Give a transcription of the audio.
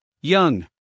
Young